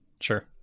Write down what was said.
Sure